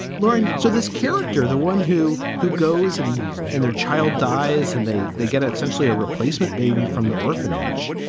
learn so this character, the one who who goes and in their child dies and they they get essentially a replacement baby from the orphanage.